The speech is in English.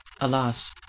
Alas